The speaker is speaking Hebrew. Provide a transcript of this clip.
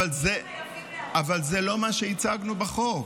אבל זה לא מה שהצגנו בחוק.